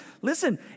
Listen